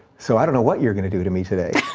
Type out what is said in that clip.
so i don't know what you're gonna do to me today.